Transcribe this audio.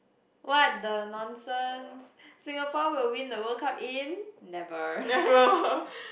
what the nonsense Singapore will win the World Cup in never